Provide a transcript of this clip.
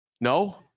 No